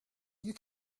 you